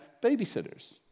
babysitters